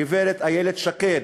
הגברת איילת שקד,